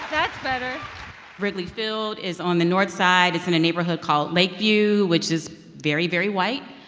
that's better wrigley field is on the north side. it's in a neighborhood called lakeview, which is very, very white,